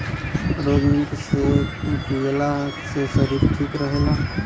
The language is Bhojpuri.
रोज मिल्क सेक पियला से शरीर ठीक रहेला